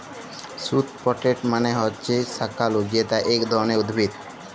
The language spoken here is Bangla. স্যুট পটেট মালে হছে শাঁকালু যেট ইক ধরলের উদ্ভিদ